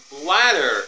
bladder